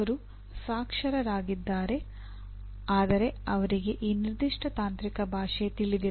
ಅವರು ಸಾಕ್ಷರರಾಗಿದ್ದಾರೆ ಆದರೆ ಅವರಿಗೆ ಈ ನಿರ್ದಿಷ್ಟ ತಾಂತ್ರಿಕ ಭಾಷೆ ತಿಳಿದಿಲ್ಲ